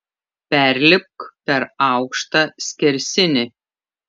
perlipk per aukštą skersinį